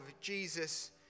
Jesus